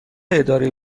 اداره